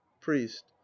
Priest